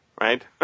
right